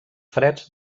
freds